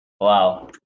Wow